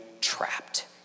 trapped